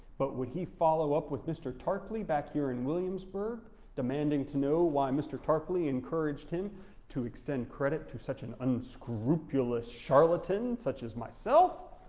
but would he follow up with mr. tarpley back here in williamsburg demanding to know why mr. tarpley encouraged him to extend credit to such an unscrupulous charlatan such as myself,